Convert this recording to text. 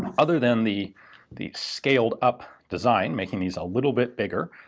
and other than the the scaled up design making these a little bit bigger,